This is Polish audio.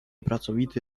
pracowity